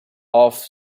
off